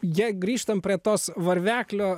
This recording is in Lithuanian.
jei grįžtant prie tos varveklio